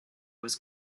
was